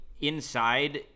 inside